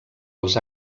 els